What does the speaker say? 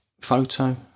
photo